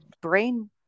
brain